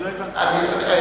פיקוח נפש.